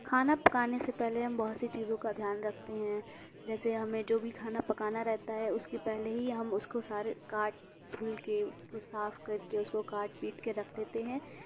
کھانا پکانے سے پہلے ہم بہت سی چیزوں کا دھیان رکھتے ہیں جیسے ہمیں جو بھی کھانا پکانا رہتا ہے اُس کی پہلے ہی ہم اُس کو سارے کاٹ دھل کے اُس کو صاف کرکے اُس کو کاٹ پِیٹ کے رکھ دیتے ہیں